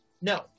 no